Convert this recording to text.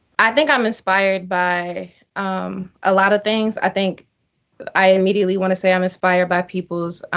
i think i'm inspired by a lot of things. i think i immediately want to say i'm inspired by people's